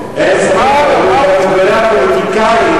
אבל הוא פוליטיקאי,